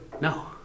No